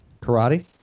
Karate